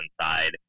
inside